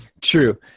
true